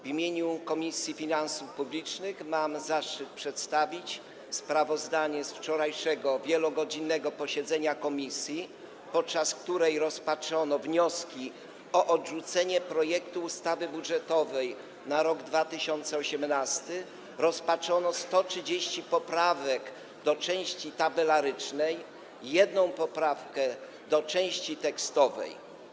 W imieniu Komisji Finansów Publicznych mam zaszczyt przedstawić sprawozdanie z wczorajszego wielogodzinnego posiedzenia komisji, podczas którego rozpatrzono wnioski o odrzucenie projektu ustawy budżetowej na rok 2018, rozpatrzono 130 poprawek do części tabelarycznej i jedną poprawkę do części tekstowej.